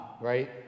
right